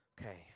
Okay